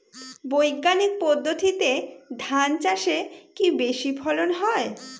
বৈজ্ঞানিক পদ্ধতিতে ধান চাষে কি বেশী ফলন হয়?